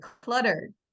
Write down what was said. cluttered